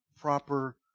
proper